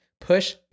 Push